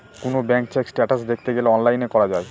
কোনো bank check status দেখতে গেলে অনলাইনে করা যায়